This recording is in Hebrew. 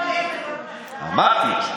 אמרתי.